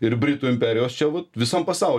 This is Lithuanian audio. ir britų imperijos čia vat visam pasauly